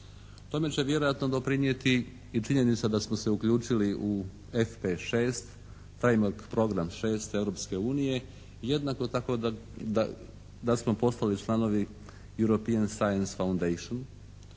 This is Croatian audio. Tome će vjerojatno doprinijeti i činjenica da smo se uključili u FP6 …/Govornik se ne razumije./… program 6 Europske unije, jednako tako da smo postali članovi European Science Fondation